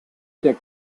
der